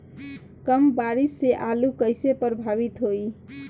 कम बारिस से आलू कइसे प्रभावित होयी?